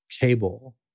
cable